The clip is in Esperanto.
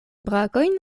brakojn